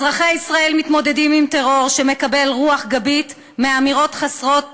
אזרחי ישראל מתמודדים עם טרור שמקבל רוח גבית מאמירות חסרות